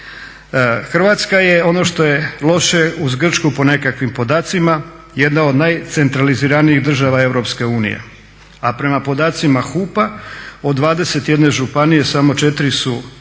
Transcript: Hrvatska je ono što je loše uz Grčku po nekakvim podacima jedna od najcentraliziranijih država Europske unije, a prema podacima HUP-a od 21 županije samo 4 su one